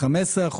15%,